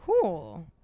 cool